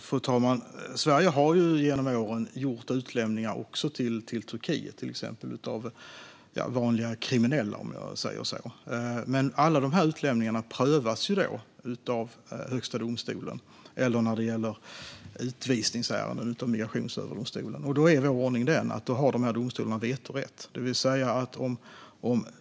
Fru talman! Sverige har genom åren genomfört utlämningar också till Turkiet. Det har gällt vanliga kriminella. Men alla utlämningarna prövas av Högsta domstolen, och när det gäller utvisningsärenden sker det av Migrationsöverdomstolen. Ordningen är den att domstolarna har vetorätt.